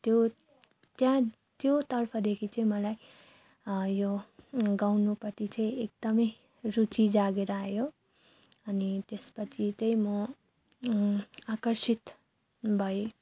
त्यो त्यहाँ त्योतर्फदेखि चाहिँ मलाई यो गाउनुपट्टि चाहिँ एकदमै रुचि जागेर आयो अनि त्यसपछि चाहिँ म आकर्षित भएँ